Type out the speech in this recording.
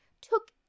took